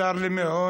צר לי מאוד.